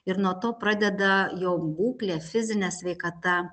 ir nuo to pradeda jo būklė fizinė sveikata